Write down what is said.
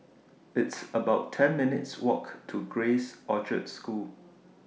It's about ten minutes' Walk to Grace Orchard School